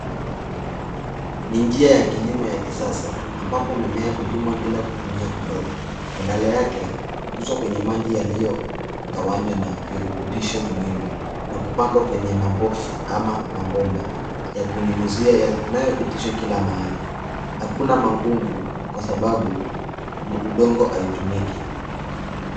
Ni njia ya kilimo ya kisasa ambapo mimea hulimwa bila kutumia udongo. Badala yake, hukuzwa kwenye maji yaliyogawanywa na virutubisho muhimu na kupandwa kwenye maboksi ama mabomba ya kunyunyizia inayopitishwa kila mahali . Hakuna magugu kwa sababu udongo haitumiki.